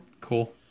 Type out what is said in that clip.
Cool